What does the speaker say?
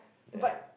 but